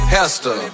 Hester